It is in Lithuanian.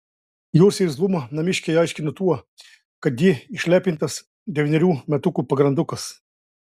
jos irzlumą namiškiai aiškino tuo kad ji išlepintas devynerių metukų pagrandukas